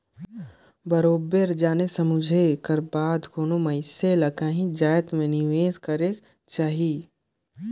बरोबेर जाने समुझे कर बादे कोनो मइनसे ल काहींच जाएत में निवेस करेक जाही